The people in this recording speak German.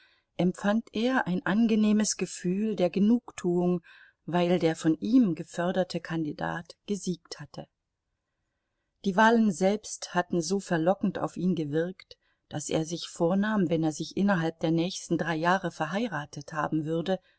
empfand er ein angenehmes gefühl der genugtuung weil der von ihm geförderte kandidat gesiegt hatte die wahlen selbst hatten so verlockend auf ihn gewirkt daß er sich vornahm wenn er sich innerhalb der nächsten drei jahre verheiratet haben würde